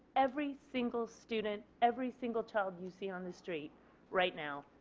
every single student. every single child you see on the street right now.